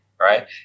right